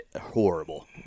horrible